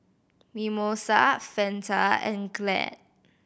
Mimosa Fanta and Glad